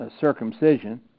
circumcision